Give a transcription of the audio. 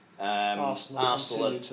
Arsenal